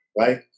right